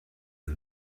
and